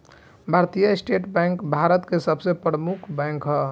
भारतीय state bank भारत के सबसे प्रमुख बैंक ह